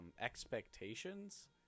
expectations